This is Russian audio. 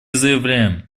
заявляем